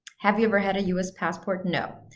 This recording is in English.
have you ever had a us passport, no.